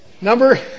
Number